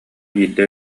биирдэ